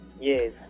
Yes